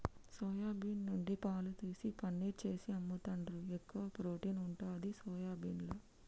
soya bean నుండి పాలు తీసి పనీర్ చేసి అమ్ముతాండ్రు, ఎక్కువ ప్రోటీన్ ఉంటది సోయాబీన్ల